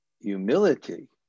humility